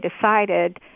decided